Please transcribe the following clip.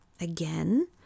Again